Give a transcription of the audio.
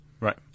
Right